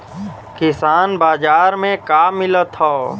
किसान बाजार मे का मिलत हव?